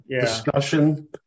discussion